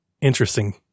interesting